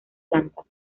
plantas